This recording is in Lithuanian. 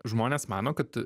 žmonės mano kad